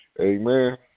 Amen